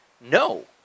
No